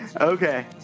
Okay